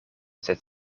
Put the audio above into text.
sed